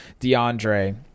DeAndre